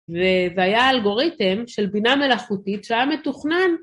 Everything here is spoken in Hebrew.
וזה היה אלגוריתם של בינה מלאכותית שהיה מתוכנן